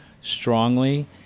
strongly